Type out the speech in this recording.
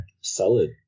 solid